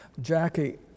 Jackie